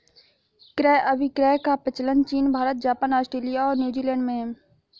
क्रय अभिक्रय का प्रचलन चीन भारत, जापान, आस्ट्रेलिया और न्यूजीलैंड में है